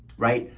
right?